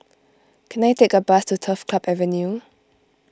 can I take a bus to Turf Club Avenue